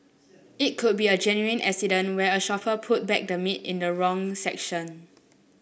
it could be a genuine accident where a shopper put back the meat in the wrong section